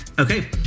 Okay